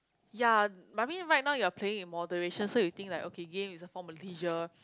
ya I mean right now you are playing in moderation so you think like okay game is a form of leisure